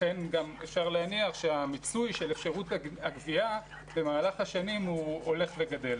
לכן אפשר להניח שהמיצוי של אפשרות הגבייה במהלך השנים הולך וגדל.